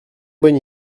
bonne